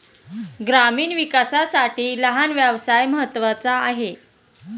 ग्रामीण विकासासाठी लहान व्यवसाय महत्त्वाचा आहे